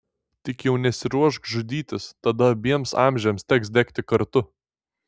tik jau nesiruošk žudytis tada abiems amžiams teks degti kartu